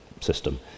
system